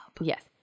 Yes